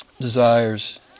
desires